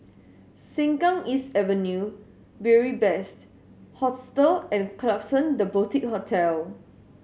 Sengkang East Avenue Beary Best Hostel and Klapsons The Boutique Hotel